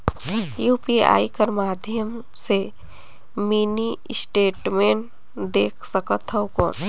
UPI कर माध्यम से मिनी स्टेटमेंट देख सकथव कौन?